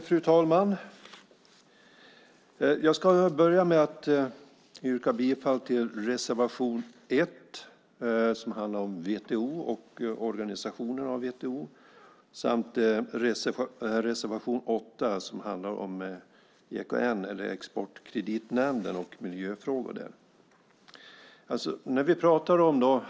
Fru talman! Jag ska börja med att yrka bifall till reservation 1, som handlar om WTO och organisationen av WTO, samt reservation 8, som handlar om EKN eller Exportkreditnämnden och miljöfrågor där.